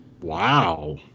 Wow